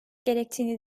gerektiğini